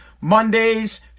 Mondays